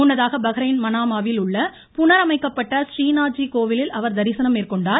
முன்னதாக பஹ்ரைன் மனாமாவில் உள்ள புனரமைக்கப்பட்ட றீநாத்ஜி கோவிலில் அவர் தரிசனம் மேற்கொண்டார்